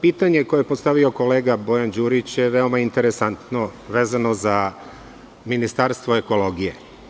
Pitanje koje je postavio kolege Bojan Đurić je veoma interesantno, vezano za Ministarstvo ekologije.